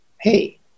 hey